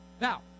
Now